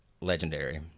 legendary